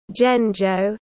Genjo